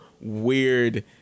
weird